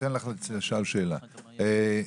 אני